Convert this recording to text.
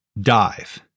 dive